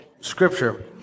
scripture